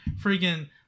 freaking